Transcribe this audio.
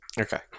Okay